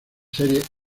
series